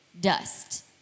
dust